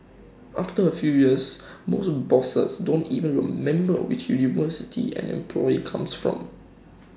after A few years most bosses don't even remember which university an employee comes from